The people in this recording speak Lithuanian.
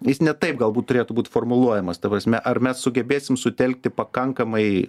jis ne taip galbūt turėtų būti formuluojamas ta prasme ar mes sugebėsim sutelkti pakankamai